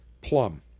Plum